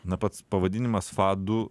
na pats pavadinimas fadu